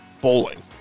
bowling